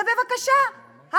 ובבקשה,